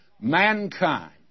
mankind